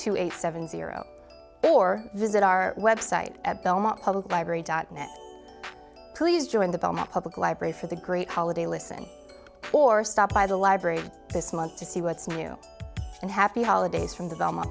two eight seven zero or visit our website at belmont public library dot net please join the public library for the great holiday listen or stop by the library this month to see what's new and happy holidays from the